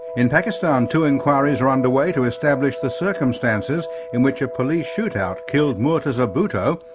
in pakistan, two inquiries are under way to establish the circumstances in which a police shoot-out killed murtaza bhutto,